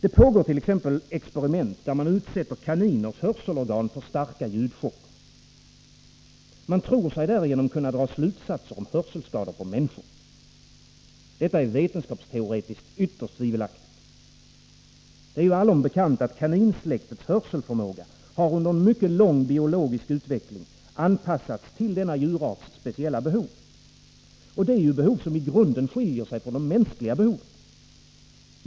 Det pågår t.ex. experiment där man utsätter kaniners hörselorgan för starka ljudchocker. Man tror sig därigenom kunna dra slutsatser om hörselskador på människor. Detta är vetenskapsteoretiskt ytterst tvivelaktigt. Det är ju allom bekant att kaninsläktets hörselförmåga under en mycket lång biologisk utveckling har anpassats till denna djurarts speciella behov. Det är behov som i grunden skiljer sig från de mänskliga.